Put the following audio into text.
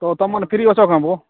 ତ ତୁମମାନେ ଫ୍ରି ଅଛ କାଁ ବୋ